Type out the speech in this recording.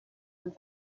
und